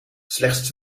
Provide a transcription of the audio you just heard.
slechts